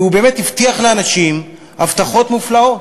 כי הוא באמת הבטיח לאנשים הבטחות מופלאות.